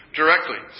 directly